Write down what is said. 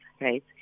right